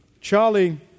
Charlie